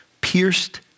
pierced